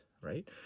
Right